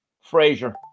Frazier